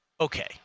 Okay